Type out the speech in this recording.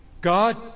God